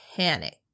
Panic